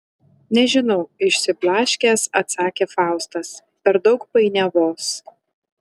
nežinau išsiblaškęs atsakė faustas per daug painiavos